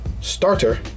starter